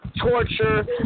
torture